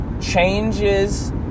Changes